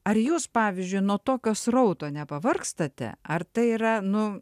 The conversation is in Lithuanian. ar jūs pavyzdžiui nuo tokio srauto nepavargstate ar tai yra nu